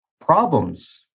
problems